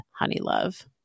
Honeylove